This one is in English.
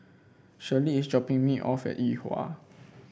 Shirlie is dropping me off at Yuhua